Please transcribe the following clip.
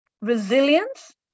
resilience